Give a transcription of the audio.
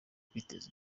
kwiteza